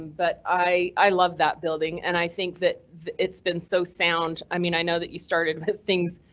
but i i love that building and i think that it's been so sound. i mean, i know that you started with things,